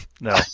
No